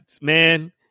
man